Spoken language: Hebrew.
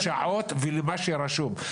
לשעות ולמה שרשום.